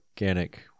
organic